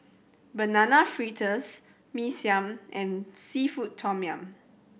Banana Fritters Mee Siam and seafood tom yum